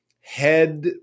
head